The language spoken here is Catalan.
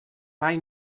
mai